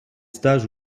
stages